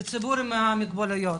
עם מוגבלויות.